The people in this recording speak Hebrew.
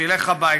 שילך הביתה.